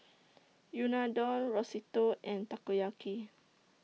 Unadon Risotto and Takoyaki